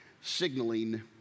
signaling